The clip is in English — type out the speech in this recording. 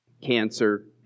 cancer